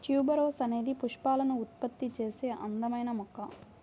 tuberose అనేది పుష్పాలను ఉత్పత్తి చేసే అందమైన మొక్క